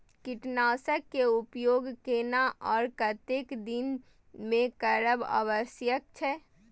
कीटनाशक के उपयोग केना आर कतेक दिन में करब आवश्यक छै?